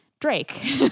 Drake